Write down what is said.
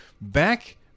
back